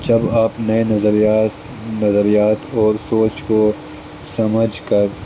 جب آپ نئے نظریات نظریات اور سوچ کو سمجھ کر